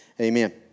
Amen